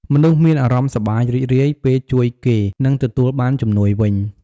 មនុស្សមានអារម្មណ៍សប្បាយរីករាយពេលជួយគេ និងទទួលបានជំនួយវិញ។